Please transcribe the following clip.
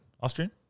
Austrian